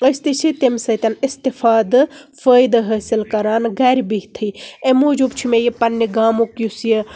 أسۍ تہِ چھِ تمہِ سۭتۍ اِستِفادِ فٲیدٕ حٲصِل کران گرِ بِہتھی امہِ موٗجوٗب چھُ مےٚ یہِ پنٕنۍ کامُک یُس یہِ